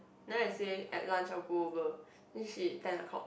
then I say at lunch I'll go over then she ten o-clock